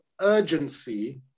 urgency